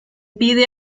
pide